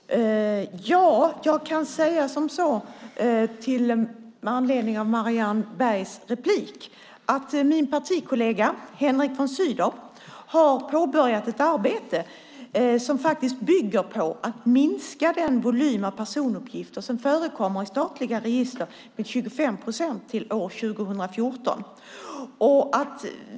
Herr talman! Jag kan säga med anledning av Marianne Bergs replik att min partikollega Henrik von Sydow har påbörjat ett arbete med att minska den volym av personuppgifter som förekommer i statliga register med 25 procent till 2014.